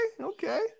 okay